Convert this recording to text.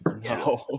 No